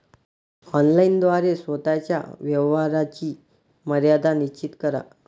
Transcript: online द्वारे स्वतः च्या व्यवहाराची मर्यादा निश्चित करा